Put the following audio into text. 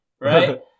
right